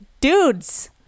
dudes